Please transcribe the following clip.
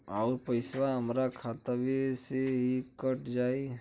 अउर पइसवा हमरा खतवे से ही कट जाई?